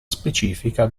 specifica